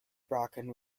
bracken